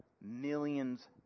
Millions